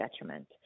detriment